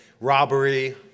robbery